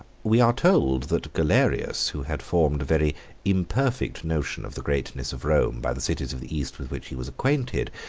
we are told that galerius, who had formed a very imperfect notion of the greatness of rome by the cities of the east with which he was acquainted,